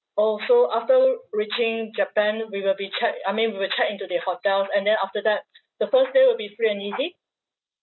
orh so after reaching japan we will be check I mean we will check into the hotels and then after that the first day will be free and easy